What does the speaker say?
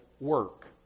work